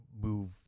move